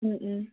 Om Om